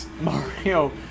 Mario